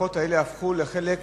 התקיפות הפכו לחלק